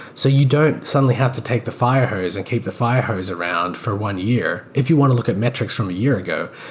so you don't suddenly have to take the firehose and keep the firehose around for one year. if you want to look at metrics from a year ago,